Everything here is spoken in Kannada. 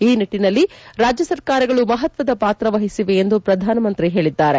ಈ ನಿಟ್ಟಿನಲ್ಲಿ ರಾಜ್ಯ ಸರ್ಕಾರಗಳು ಮಪತ್ವದ ಪಾತ್ರ ವಹಿಸಿವೆ ಎಂದು ಪ್ರಧಾನಮಂತ್ರಿ ಹೇಳಿದ್ದಾರೆ